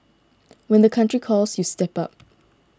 when the country calls you step up